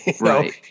Right